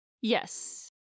Yes